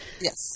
Yes